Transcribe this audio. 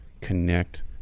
connect